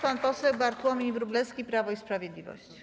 Pan poseł Bartłomiej Wróblewski, Prawo i Sprawiedliwość.